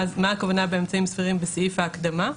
הכוונה באמצעים סבירים בסעיף ההקדמה.